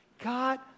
God